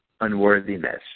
unworthiness